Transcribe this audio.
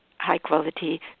high-quality